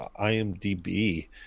IMDb